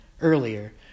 earlier